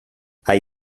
hai